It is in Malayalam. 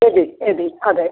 എബി എബി അതേ